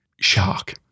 shark